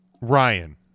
Ryan